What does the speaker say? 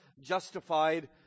justified